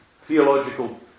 theological